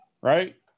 right